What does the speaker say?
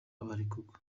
barekurwa